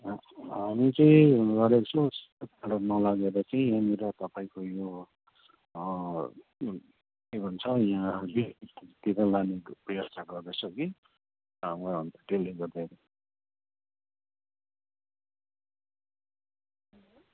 हामी चाहिँ नलागेर चाहिँ यहाँनिर तपाईँको यो के भन्छ यहाँ लाने व्यवस्था गर्दैछौँ कि त्यसले गर्दा